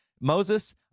Moses